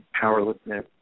powerlessness